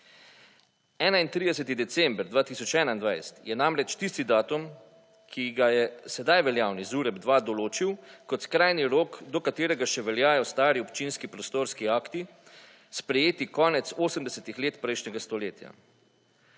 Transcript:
31. december 2021 je namreč tisti datum, ki ga je sedaj veljavni ZUREP-2 določil kot skrajni rok do katerega še veljajo stari občinski prostorski akti, sprejeti konec 80. let prejšnjega stoletja.